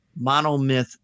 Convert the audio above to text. monomyth